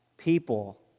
people